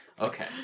Okay